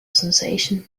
sensation